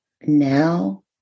Now